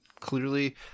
Clearly